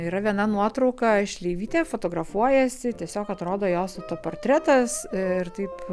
yra viena nuotrauka šleivytė fotografuojasi tiesiog atrodo jos autoportretas ir taip